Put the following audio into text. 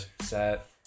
set